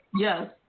Yes